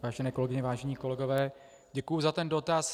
Vážené kolegyně, vážení kolegové, děkuji za ten dotaz.